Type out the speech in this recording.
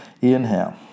Inhale